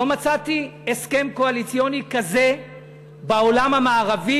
לא מצאתי הסכם קואליציוני בעולם המערבי,